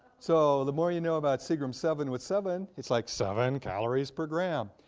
so, the more you know about segrum seven with seven, its like seven calories per gram.